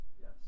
yes